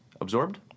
Absorbed